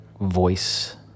voice